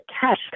cash